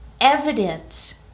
evidence